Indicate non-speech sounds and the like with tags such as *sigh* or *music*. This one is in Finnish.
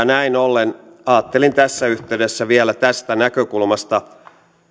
*unintelligible* näin ollen ajattelin tässä yhteydessä vielä tästä näkökulmasta